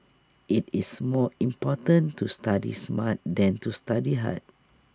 IT is more important to study smart than to study hard